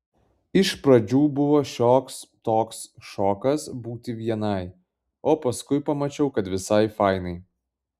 iš pradžių buvo šioks toks šokas būti vienai o paskui pamačiau kad visai fainai